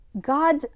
God